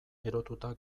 erotuta